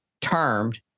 termed